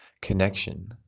connection